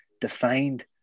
defined